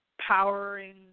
powering